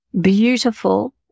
beautiful